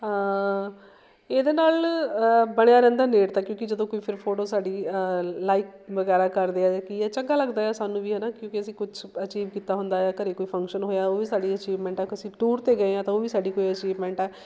ਇਹਦੇ ਨਾਲ਼ ਬਣਿਆ ਰਹਿੰਦਾ ਨੇੜਤਾ ਕਿਉਂਕਿ ਜਦੋਂ ਕੋਈ ਫਿਰ ਫੋਟੋ ਸਾਡੀ ਲਾਈਕ ਵਗੈਰਾ ਕਰਦੇ ਆ ਜਾਂ ਕੀ ਹੈ ਚੰਗਾ ਲੱਗਦਾ ਸਾਨੂੰ ਵੀ ਹੈ ਨਾ ਕਿਉਂਕਿ ਅਸੀਂ ਕੁਝ ਅਚੀਵ ਕੀਤਾ ਹੁੰਦਾ ਏ ਆ ਘਰੇ ਕੋਈ ਫੰਕਸ਼ਨ ਹੋਇਆ ਉਹ ਵੀ ਸਾਡੀ ਅਚੀਵਮੈਂਟ ਆ ਅਸੀਂ ਟੂਰ 'ਤੇ ਗਏ ਹਾਂ ਤਾਂ ਉਹ ਵੀ ਸਾਡੀ ਕੋਈ ਅਚੀਵਮੈਂਟ ਆ